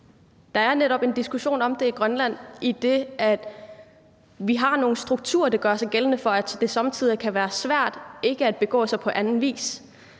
Der er netop en diskussion om det i Grønland, idet vi har nogle strukturer, der gør sig gældende, og som gør, at det somme tider kan være svært ikke at begå sig på anden vis,